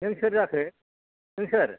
नों सोर जाखो नों सोर